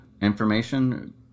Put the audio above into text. information